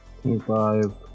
Twenty-five